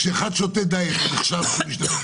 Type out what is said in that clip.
כשאדם שותה משקה דיאט זה נחשב שהוא שותה משקה עם סוכר?